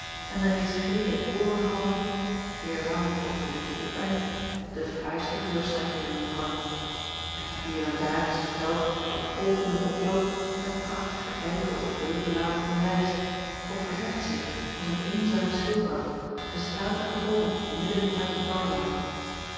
en de reeds gele korenhalmen eerlang ook de witte boekweit de fraaiste kleurschakeeringen vormen hier en daar is het veld dat golvende oploopt met prachtige eike of beukelanen omlijst of verheft zich als een eenzame schildwacht een statige boom midden uit het bouwland